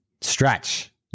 Stretch